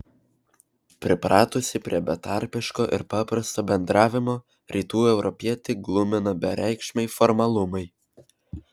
pripratusį prie betarpiško ir paprasto bendravimo rytų europietį glumina bereikšmiai formalumai